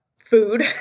food